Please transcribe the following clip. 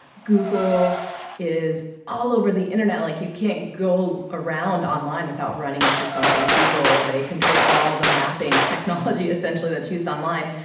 google is all over the internet. like you can't go around online without running into something google, they control all mapping technology essentially that's used online.